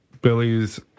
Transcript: Billy's